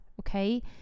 Okay